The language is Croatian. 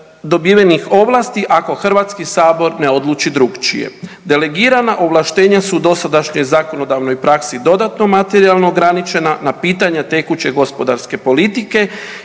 dobivenih ovlasti ako HS ne odluči drukčije. Delegirana ovlaštenja su u dosadašnjoj zakonodavnoj praksi dodatno materijalno ograničena na pitanja tekuće gospodarske politike